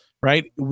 right